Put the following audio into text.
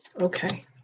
Okay